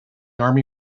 army